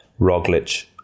Roglic-